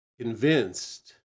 convinced